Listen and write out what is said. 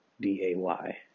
D-A-Y